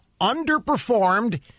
underperformed